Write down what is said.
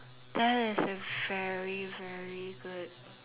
that is a very very good